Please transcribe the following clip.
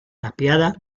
tapiada